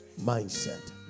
mindset